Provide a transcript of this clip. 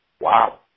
Wow